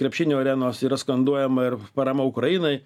krepšinio arenos yra skanduojama ir parama ukrainai